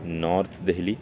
north Delhi